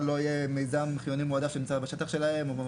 לא יהיה מיזם חיוני מועדף שנמצא בשטח שלהם.